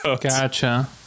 Gotcha